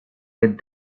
with